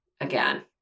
again